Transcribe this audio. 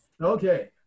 Okay